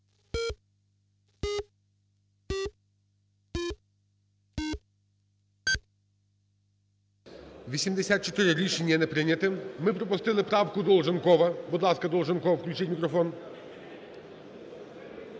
За-84 Рішення не прийнято. Ми пропустили правкуДолженкова. Будь ласка, Долженков. Включіть мікрофон.